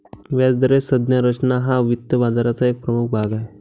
व्याजदराची संज्ञा रचना हा वित्त बाजाराचा एक प्रमुख भाग आहे